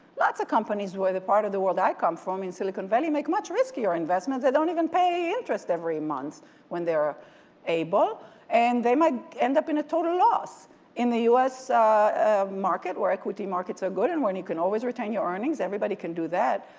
lots of companies where the part of the world i come from in silicon valley make much riskier investments that don't even pay interest every month when they are able and they might end up in a total loss in the us market or equity markets are good and when you can always retain your earnings, everybody can do that.